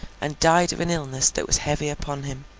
and died of an illness that was heavy upon him.